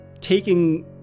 taking